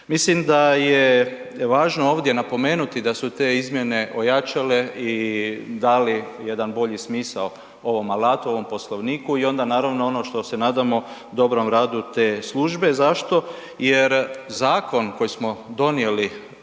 Mislim da je važno ovdje napomenuti da su te izmjene ojačale i dali jedan bolji smisao ovom alatu, ovom Poslovniku i onda naravno, ono što se nadamo, dobrom radu te službe. Zašto? Jer zakon koji smo donijeli,